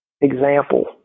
example